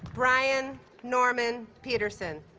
brian norman pedersen